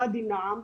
ואדי נעם,